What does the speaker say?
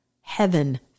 heaven